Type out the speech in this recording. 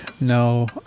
No